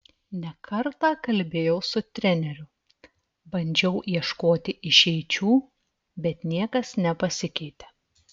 ne kartą kalbėjau su treneriu bandžiau ieškoti išeičių bet niekas nepasikeitė